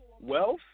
wealth